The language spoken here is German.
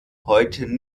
heute